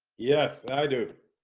yes, i do